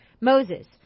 Moses